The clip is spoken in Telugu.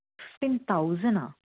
ఫిఫ్టీన్ థౌజండా